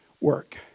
work